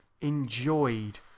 enjoyed